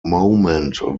moment